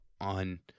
On